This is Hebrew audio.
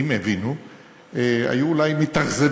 אילו הבינו היו אולי מתאכזבים,